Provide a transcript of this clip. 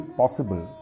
possible